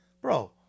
Bro